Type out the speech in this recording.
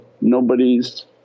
nobody's